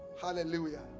hallelujah